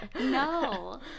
no